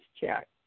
check